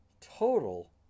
total